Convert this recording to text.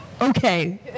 okay